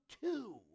two